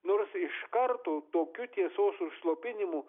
nors iš karto tokiu tiesos užslopinimu